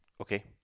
Okay